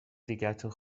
دیگتون